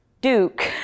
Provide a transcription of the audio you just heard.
Duke